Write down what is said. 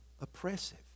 oppressive